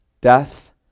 death